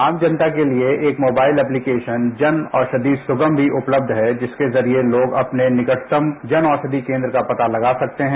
आम जनता के लिए एक मोबाइल एप्लीकेशन जन औषधि सुगम भी उपलब्ध है जिसके जरिये लोग अपने निकटतम जन औषधि केन्द्र का पता लगा सकते है